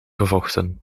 gevochten